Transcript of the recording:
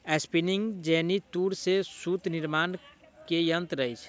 spinning jenny तूर से सूत निर्माण के यंत्र अछि